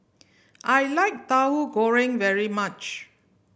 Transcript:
I like Tauhu Goreng very much